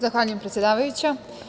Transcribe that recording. Zahvaljujem, predsedavajuća.